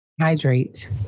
Hydrate